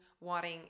wanting